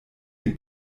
dem